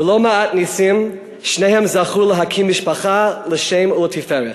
ולא מעט נסים, שניהם זכו להקים משפחה לשם ולתפארת.